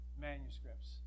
manuscripts